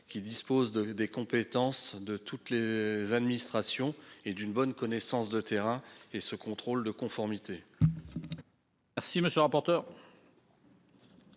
qui dispose des compétences de toutes les administrations et d'une bonne connaissance du terrain. Quel est l'avis de la commission